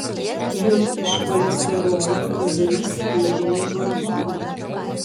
juk iš cholesterolio gaminasi lytiniai hormonai